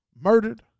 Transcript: murdered